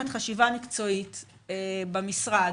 חשיבה מקצועית במשרד,